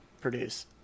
produce